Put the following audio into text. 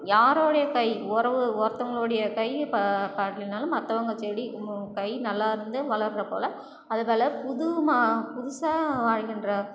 யாருடைய கை உறவு ஒருத்தங்களுடைய கையை பா பார்க்கலினாலும் மற்றவங்க செடி கை நல்லாருந்து வளர்றது போல் அதை போல புது மா புதுசாக வாழ்கின்ற